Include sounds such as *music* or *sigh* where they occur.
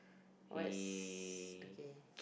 he *noise*